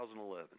2011